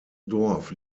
dorf